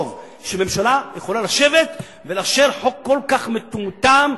שממשלה יכולה לשבת ולאשר חוק כל כך מטומטם,